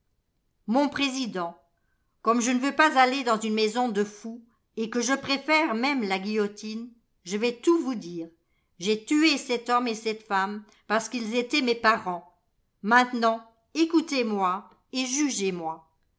mon président comme je ne veux pas aller dans une maison de fous et que je préfère même la guillotine je vais tout vous dire j'ai tué cet homme et cette femme parce qu'ils étaient mes parents maintenant écoutez-moi et jugez-moi